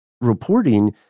reporting